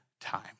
time